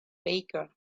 baker